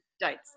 dates